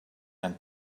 and